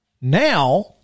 Now